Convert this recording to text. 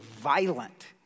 violent